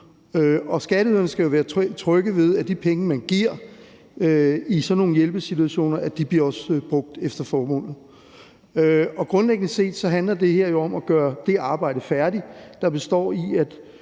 skatteyderne skal jo være trygge ved, at de penge, man giver i sådan nogle hjælpesituationer, også bliver brugt til formålet. Grundlæggende set handler det her jo om at gøre det arbejde færdigt, der består i